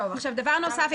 דבר נוסף,